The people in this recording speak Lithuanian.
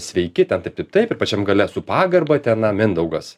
sveiki ten taip taip taip ir pačiam gale su pagarba ten mindaugas